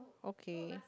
okay